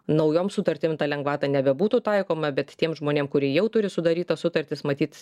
naujom sutartim ta lengvata nebebūtų taikoma bet tiem žmonėm kurie jau turi sudarytas sutartis matyt